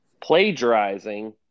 plagiarizing